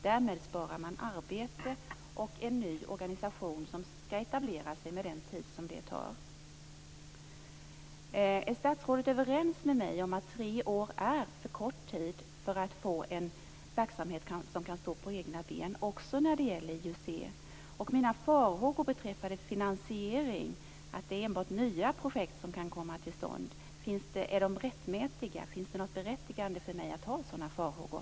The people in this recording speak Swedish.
Därmed sparar man arbete, och en ny organisation kan etablera sig med den tid som det tar. Är statsrådet överens med mig om att tre år är en för kort tid för att få en verksamhet som kan stå på egna ben också när det gäller IUC? Är mina farhågor beträffande finansieringen, att det enbart är nya projekt som kan komma till stånd, rättmätiga? Finns det något berättigande för mig att ha sådana farhågor?